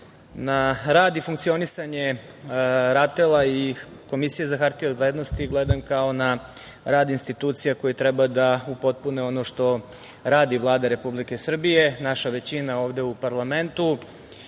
na rad i funkcionisanje RATEL-a i Komisije za hartije od vrednosti, gledam kao na rad institucija koje treba da upotpune ono što radi Vlada Republike Srbije, naša većina ovde u parlamentu,